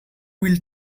will